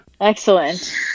Excellent